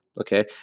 Okay